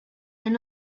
and